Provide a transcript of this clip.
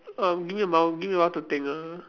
um give me a mom~ give me a while to think ah